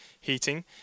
heating